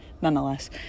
nonetheless